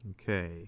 Okay